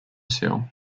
seal